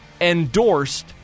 endorsed